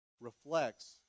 reflects